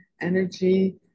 energy